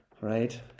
right